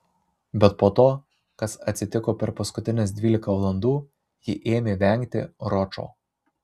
bet po to kas atsitiko per paskutines dvylika valandų ji ėmė vengti ročo